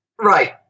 Right